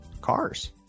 cars